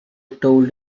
told